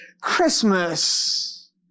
Christmas